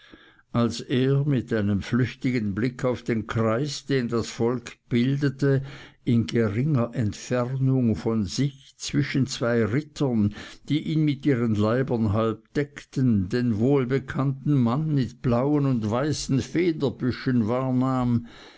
als er mit einem flüchtigen blick auf den kreis den das volk bildete in geringer entfernung von sich zwischen zwei rittern die ihn mit ihren leibern halb deckten den wohlbekannten mann mit blauen und weißen federbüschen